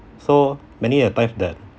so many a time that